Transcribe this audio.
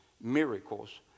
miracles